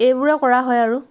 এইবোৰে কৰা হয় আৰু